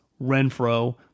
Renfro